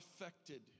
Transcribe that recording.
affected